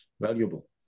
valuable